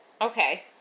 Okay